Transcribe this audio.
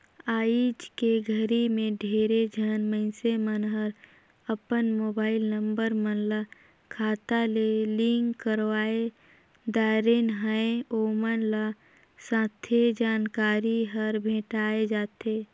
आइज के घरी मे ढेरे झन मइनसे मन हर अपन मुबाईल नंबर मन ल खाता ले लिंक करवाये दारेन है, ओमन ल सथे जानकारी हर भेंटाये जाथें